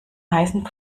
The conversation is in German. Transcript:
heißen